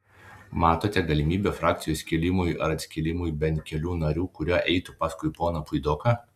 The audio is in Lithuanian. matote galimybę frakcijos skilimui ar atskilimui bent kelių narių kurie eitų paskui poną puidoką